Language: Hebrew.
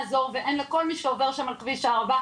לעזור ואין ניידת לכל מי שעובר שם על כביש הערבה.